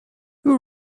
who